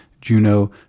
Juno